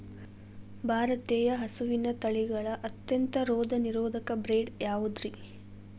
ಭಾರತೇಯ ಹಸುವಿನ ತಳಿಗಳ ಅತ್ಯಂತ ರೋಗನಿರೋಧಕ ಬ್ರೇಡ್ ಯಾವುದ್ರಿ?